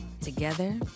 Together